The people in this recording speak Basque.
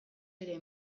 ere